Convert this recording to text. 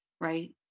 right